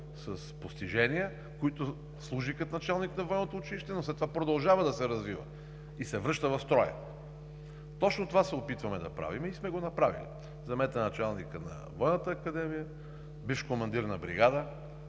с постижения, които служеха като началници на Военното училище, но след това продължаваха да се развиват и се връщаха в строя. Точно това се опитваме да правим и сме го направили. Вземете началника на Военната академия – бивш командир на бригада,